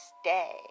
stay